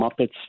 Muppets